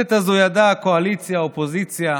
הכנסת הזאת ידעה קואליציה, אופוזיציה,